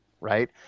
right